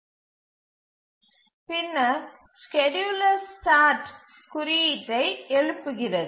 பின்னர் scheduler scheduler start குறியீட்டை எழுப்புகிறது